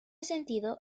sentido